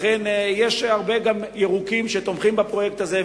לכן יש גם הרבה ירוקים שתומכים בפרויקט הזה,